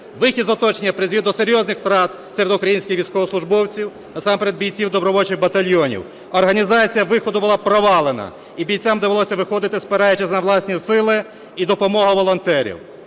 Вихід з оточення призвів до серйозних втрат серед українських військовослужбовців, насамперед бійців добровольчих батальйонів. Організація виходу була провалена і бійцям довелося виходити, спираючись на власні сили і допомогу волонтерів.